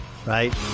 Right